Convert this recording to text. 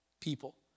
people